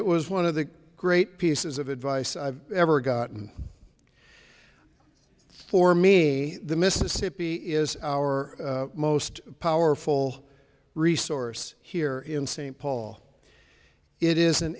it was one of the great pieces of advice i've ever gotten for me the mississippi is our most powerful resource here in st paul it is an